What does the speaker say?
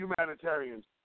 humanitarians